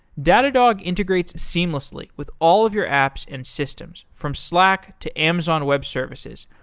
datadog integrates seamlessly with all of your apps and systems from slack, to amazon web services,